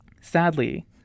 Sadly